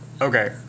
Okay